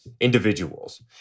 individuals